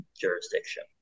jurisdiction